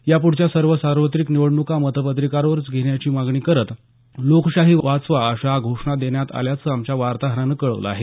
या प्रढच्या सर्व सार्वत्रिक निवडणूका मतपत्रिकांवरच घेण्याची मागणी करत लोकशाही वाचवा अशा घोषणा देण्यात आल्याचं आमच्या वार्ताहरानं कळवलं आहे